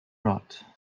rot